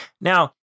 Now